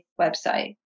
website